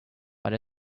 but